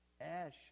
Ash